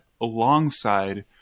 alongside